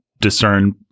discern